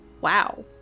Wow